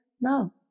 No